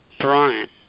Brian